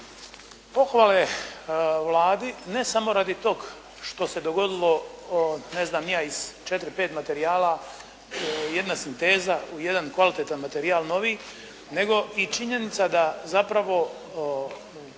pohvale Vladi ne samo radi tog što se dogodilo ne znam ni ja iz 4, 5 materijala, jedna sinteza u jedan kvalitetan materijal novi nego i činjenica da zapravo